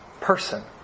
person